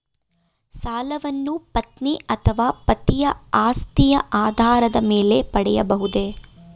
ಸಾಲವನ್ನು ಪತ್ನಿ ಅಥವಾ ಪತಿಯ ಆಸ್ತಿಯ ಆಧಾರದ ಮೇಲೆ ಪಡೆಯಬಹುದೇ?